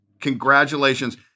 Congratulations